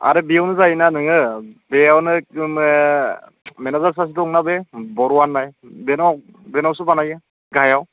आरो बेयावनो जायोना नोङो बेयावनो मेनेजार सासे दंना बे बरुवा होननाय बेनाव बेनावसो बानायो गाहायाव